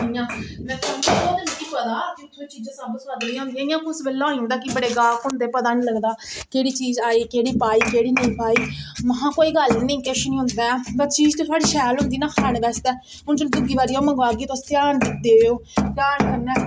में आखेआ ओह् ते मिगी पता चीजां सब स्बादली होंदियां इयां कुसै बेल्ले होई जंदा कि बडे़ गाह्क होंदे पता नेई लगदा केहड़ी चीज आई केहड़ी पाई केहडी नेईं पाई में आखेआ कोई गल्ल नेई किश नेई होंदा चीज ते थुआड़ी शैल होंदी खाने आस्तै हून अगर दूजी बारी अऊं मंगवागी ते तुस घ्यान देओ घ्यान कन्नै